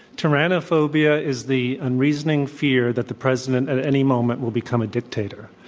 tyrannophobia is the unreasoning fear that the president at any moment will become a dictator.